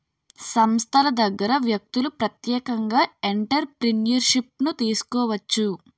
సంస్థల దగ్గర వ్యక్తులు ప్రత్యేకంగా ఎంటర్ప్రిన్యూర్షిప్ను తీసుకోవచ్చు